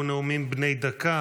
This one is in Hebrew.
והוא נאומים בני דקה.